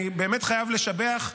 ואני חייב לשבח,